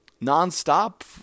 non-stop